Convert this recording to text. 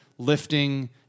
lifting